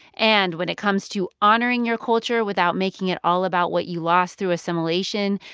and when it comes to honoring your culture without making it all about what you lost through assimilation,